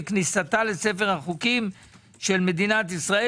לכניסתה לספר החוקים של מדינת ישראל,